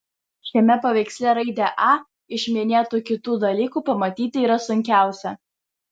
šiame paveiksle raidę a iš minėtų kitų dalykų pamatyti yra sunkiausia